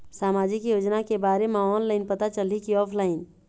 सामाजिक योजना के बारे मा ऑनलाइन पता चलही की ऑफलाइन?